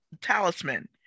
Talisman